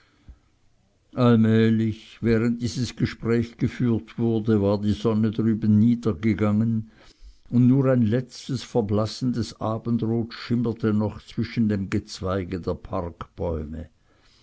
allmählich während dies gespräch geführt wurde war die sonne drüben niedergegangen und nur ein letztes verblassendes abendrot schimmerte noch zwischen dem gezweige der parkbäume